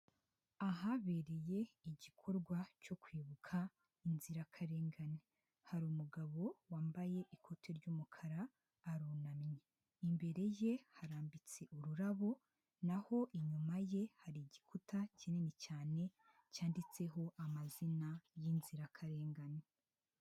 Ahabereye igikorwa cyo kwibuka inzirakarengane, hari umugabo wambaye ikote ry'umukara arunamye. Imbere ye harambitse ururabo naho inyuma ye hari igikuta kinini cyane cyanditseho amazina y'inzirakarengane.